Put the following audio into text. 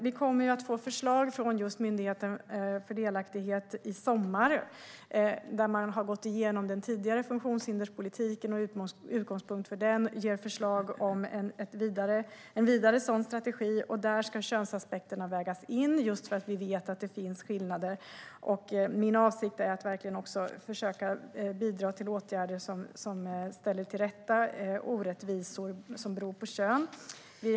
Vi kommer att få förslag från just Myndigheten för delaktighet i sommar. De har gått igenom den tidigare funktionshinderspolitiken, och med utgångspunkt i den ger de förslag för en vidare sådan strategi. I den ska könsaspekterna vägas in, just för att vi vet att det finns skillnader. Min avsikt är att verkligen försöka bidra till åtgärder som ställer orättvisor som beror på kön till rätta.